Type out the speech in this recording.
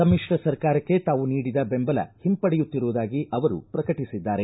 ಸಮಿಶ್ರ ಸರ್ಕಾರಕ್ಕೆ ತಾವು ನೀಡಿದ ಬೆಂಬಲ ಹಿಂಪಡೆಯುತ್ತಿರುವುದಾಗಿ ಅವರು ಪ್ರಕಟಿಸಿದ್ದಾರೆ